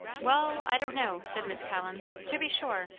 wall, i don' know, said miss collins to be sure,